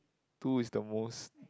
two is the most